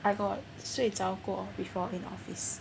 I got 睡着过 before in office